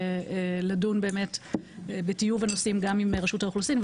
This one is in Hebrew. לדון בטיוב הנושאים גם עם רשות האוכלוסין,